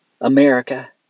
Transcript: America